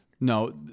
No